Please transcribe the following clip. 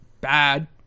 bad